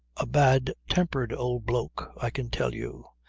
a bad-tempered old bloke, i can tell you.